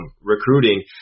recruiting